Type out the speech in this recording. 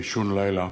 באישון לילה,